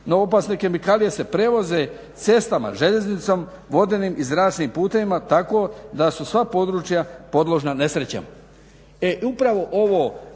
no opasne kemikalije se prevoze cestama, željeznicom, vodenim i zračnim putovima tako da su sva područja podložna nesrećama.